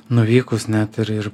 nuvykus net ir ir